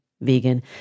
Vegan